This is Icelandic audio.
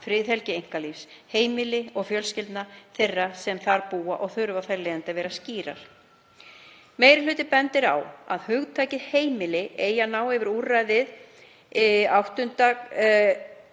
friðhelgi einkalífs, heimilis og fjölskyldna þeirra sem þar búa og þurfi þar af leiðandi að vera skýrar. Meiri hlutinn bendir á að hugtakið „heimili“ eigi að ná yfir úrræði XIII.